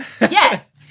Yes